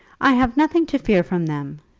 i have nothing to fear from them,